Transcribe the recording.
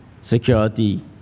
security